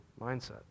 mindset